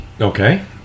Okay